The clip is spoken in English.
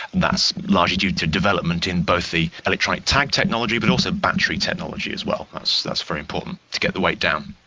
that's largely due to development in both the electronic tag technology but also battery technology as well. that's very important, to get the weight down.